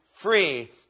Free